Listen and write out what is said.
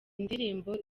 ndirimbo